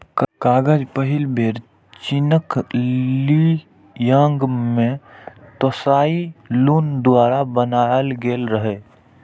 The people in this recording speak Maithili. कागज पहिल बेर चीनक ली यांग मे त्साई लुन द्वारा बनाएल गेल रहै